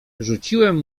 rzuciłem